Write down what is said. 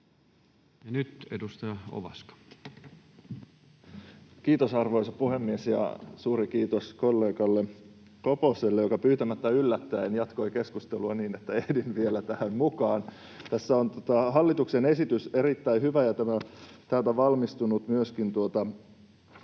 Content: Kiitos, arvoisa puhemies! Ja suuri kiitos kollega Koposelle, joka pyytämättä yllättäen jatkoi keskustelua niin, että ehdin vielä tähän mukaan. Tässä on hallituksen esitys erittäin hyvä, ja täältä ovat valmistuneet myöskin siihen